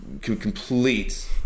complete